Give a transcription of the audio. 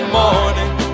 morning